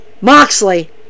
Moxley